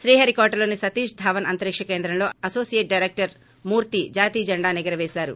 శ్రీహరి కోట లోని సతీష్ ధావన్ అంతరిక కేంద్రంలో అనోసియేట్ డైరెక్టర్ మూర్తి జాతీయజెండాను ఎగురపేశారు